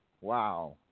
Wow